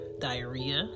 diarrhea